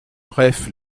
bref